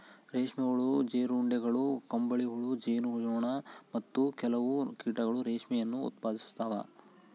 ರೇಷ್ಮೆ ಹುಳು, ಜೀರುಂಡೆಗಳು, ಕಂಬಳಿಹುಳು, ಜೇನು ನೊಣ, ಮತ್ತು ಕೆಲವು ಕೀಟಗಳು ರೇಷ್ಮೆಯನ್ನು ಉತ್ಪಾದಿಸ್ತವ